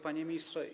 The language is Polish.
Panie Ministrze!